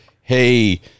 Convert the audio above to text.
hey